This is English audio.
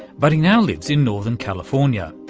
but he now lives in northern california.